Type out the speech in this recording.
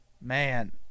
man